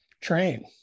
train